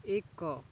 ଏକ